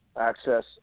access